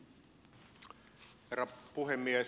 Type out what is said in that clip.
herra puhemies